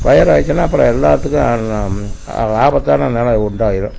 fire ஆகிடுச்சுன்னா அப்புறம் எல்லாத்துக்கும் ஆபத்தான நிலை உண்டாகிரும்